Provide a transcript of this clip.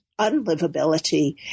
unlivability